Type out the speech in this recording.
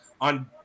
on